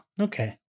Okay